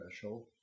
threshold